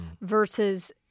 versus